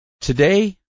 Today